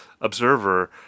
observer